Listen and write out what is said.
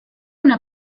una